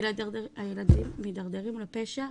הילדים מתדרדרים לפשע,